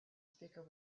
speaker